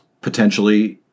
potentially